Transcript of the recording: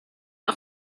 are